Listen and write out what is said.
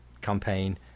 campaign